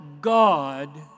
God